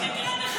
רק האינסטגרם.